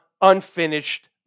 unfinished